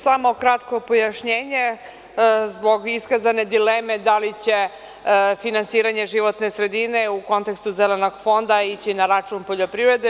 Samo kratko pojašnjenje zbog iskazane dileme da li će finansiranje životne sredine, u kontekstu zelenog fonda, ići na račun poljoprivrede.